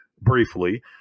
briefly